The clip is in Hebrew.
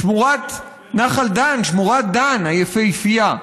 שמורת נחל דן, שמורת דן היפהפייה,